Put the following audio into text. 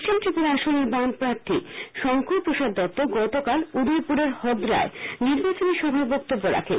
পশ্চিম ত্রিপুরা আসনের বামপ্রার্থী শংকর প্রসাদ দত্ত গতকাল উদয়পুরের হদ্রায় নির্বাচনী সভায় বক্তব্য রাখেন